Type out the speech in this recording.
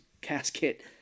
casket